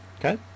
Okay